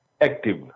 active